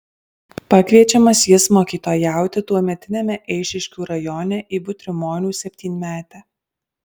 pakviečiamas jis mokytojauti tuometiniame eišiškių rajone į butrimonių septynmetę